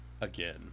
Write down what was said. again